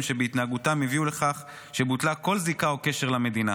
שבהתנהגותם הביאו לכך שבוטלה כל זיקה או קשר למדינה.